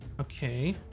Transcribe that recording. Okay